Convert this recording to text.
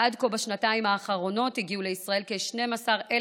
עד כה בשנתיים האחרונות הגיעו לישראל כ-12,000